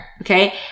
Okay